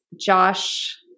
Josh